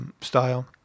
style